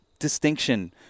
distinction